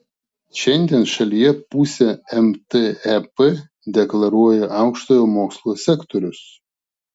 šiandien šalyje pusę mtep deklaruoja aukštojo mokslo sektorius